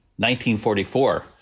1944